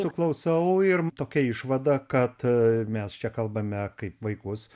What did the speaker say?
klausau ir tokia išvada kad mes čia kalbame kaip vaikus